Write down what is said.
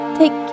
take